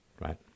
right